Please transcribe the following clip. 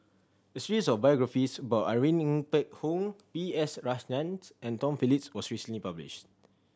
a series of biographies about Irene Ng Phek Hoong B S Rajhans and Tom Phillips was recently published